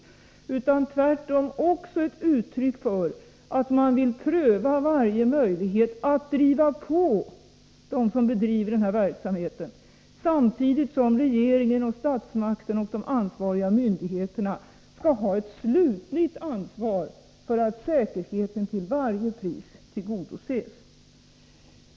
Det är tvärtom också ett uttryck för att man vill pröva varje möjlighet att driva på dem som bedriver den här verksamheten, samtidigt som regeringen och de ansvariga myndigheterna skall ha ett slutligt ansvar för att säkerheten till varje pris tillgodoses.